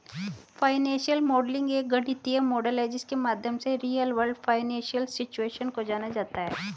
financial modelling एक गणितीय model है जिसके माध्यम से रियल वर्ल्ड फाइनेंशियल सिचुएशन को जाना जाता है